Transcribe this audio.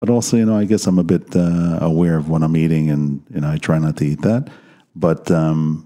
אבל גם אני חושב שאני קצת מבין מה שאני אוכל ואני מנסה לא לאכול את זה אבל